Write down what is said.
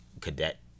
cadet